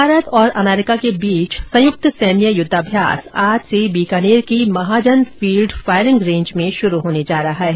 भारत और अमेरिका के बीच संयुक्त सैन्य युद्धाभ्यास आज से बीकानेर की महाजन फील्ड फायरिंग रेंज में शुरू होने जा रहा है